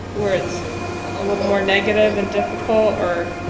where it's a little more negative and difficult? or